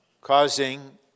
causing